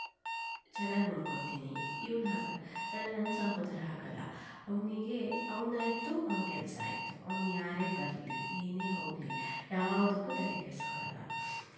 ಚೆನ್ನಾಗಿ ನೋಡ್ಕೋತೀನಿ ಇವನು ಹಾಗ ಆದರೆ ನನ್ನ ಸಹೋದರ ಹಾಗಲ್ಲ ಅವನಿಗೆ ಅವನಾಯ್ತು ಅವನ ಕೆಲಸ ಆಯಿತು ಅವನು ಯಾರೇ ಬರಲಿ ಏನೇ ಹೋಗಲಿ ಯಾವುದಕ್ಕೂ ತಲೆಕೆಡ್ಸ್ಕೊಳಲ್ಲ